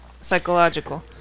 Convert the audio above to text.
psychological